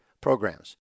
programs